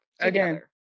Again